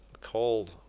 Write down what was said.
cold